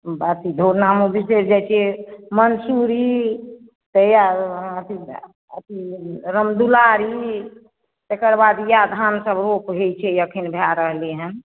धुर नामो बिसरि जाइत छियै मन्सूरी तऽ इएह अथीमे अथी रामदुलारी तकर बाद इएह धानसभ रोप होइत छै एखन भए रहलै हेँ